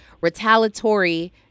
retaliatory